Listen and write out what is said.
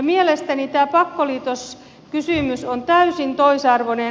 mielestäni tämä pakkoliitoskysymys on täysin toisarvoinen